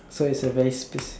so is a very sp~